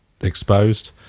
exposed